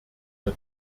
der